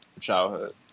childhood